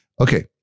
Okay